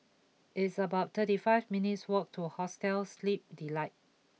it's about thirty five minutes' walk to Hostel Sleep Delight